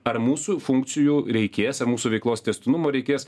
ar mūsų funkcijų reikės ar mūsų veiklos tęstinumo reikės